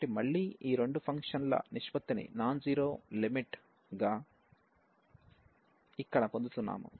కాబట్టి మళ్ళీ ఈ రెండు ఫంక్షన్ల నిష్పత్తిని నాన్ జీరో లిమిట్ గా ఇక్కడ పొందుతున్నాము